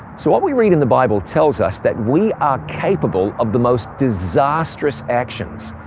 so what we read in the bible tells us that we are capable of the most disastrous actions.